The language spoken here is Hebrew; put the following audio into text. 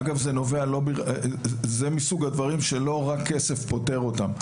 אגב, זה מסוג הדברים שלא רק כסף פותר אותם.